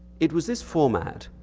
it was this format,